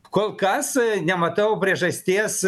kol kas nematau priežasties